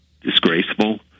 disgraceful